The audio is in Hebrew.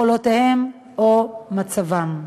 יכולותיהם או מצבם.